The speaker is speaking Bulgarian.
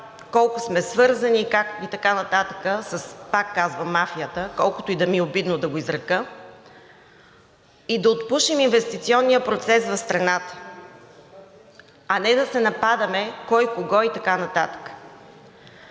колко сме свързани и така нататък, пак казвам, с мафията, колкото и да ми е обидно да го изрека и да отпушим инвестиционния процес в страната, а не да се нападаме кой кого и така нататък.